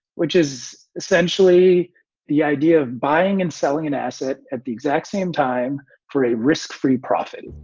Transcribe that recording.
which is essentially the idea of buying and selling an asset at the exact same time for a risk-free profit.